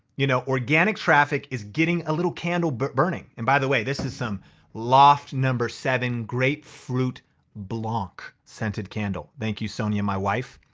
you know organic traffic is getting a little candle but burning. and by the way, this is some loft number seven, great flute block, scented candle. thank you sonja, my wife.